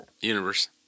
universe